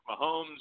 Mahomes